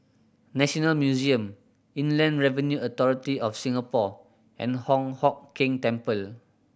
National Museum Inland Revenue Authority of Singapore and Hong Hock Keng Temple